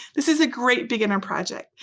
this is a great beginner project.